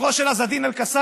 על קברו של עז א-דין אל-קסאם,